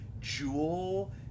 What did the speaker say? Jewel